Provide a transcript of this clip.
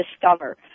discover